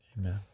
Amen